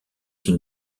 qu’il